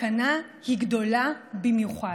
הסכנה היא גדולה במיוחד.